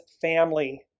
family